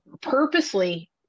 purposely